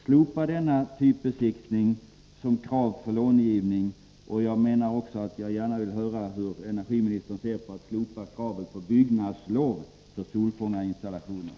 Slopa denna typbesiktning som krav för långivning! Jag vill gärna höra hur energiministern ser på förslaget att slopa kravet på byggnadslov för solfångarinstallationer.